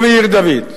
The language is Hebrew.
ובעיר-דוד,